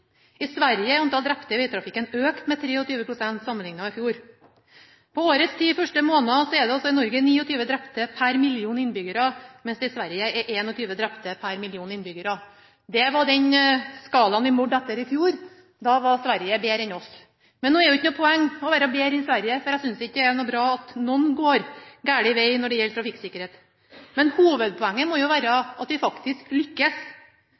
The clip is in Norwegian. I Sverige er antall drepte i vegtrafikken økt med 23 pst. sammenlignet med i fjor. På årets ti første måneder er det i Norge 29 drepte per million innbyggere, mens det i Sverige er 21 drepte per million innbyggere. Det var den skalaen vi målte etter i fjor. Da var Sverige bedre enn oss. Nå er det ikke noe poeng i å være bedre enn Sverige, for jeg synes ikke det er bra at noen går gal veg når det gjelder trafikksikkerhet. Men hovedpoenget må være at vi faktisk lykkes,